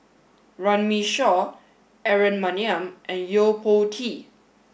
Runme Shaw Aaron Maniam and Yo Po Tee